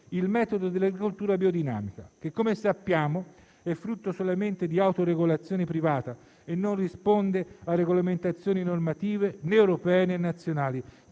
il metodo dell'agricoltura biodinamica, che - come sappiamo - è frutto solamente di autoregolazione privata e non risponde a regolamentazioni normative né europee, né nazionali.